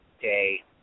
day